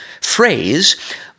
phrase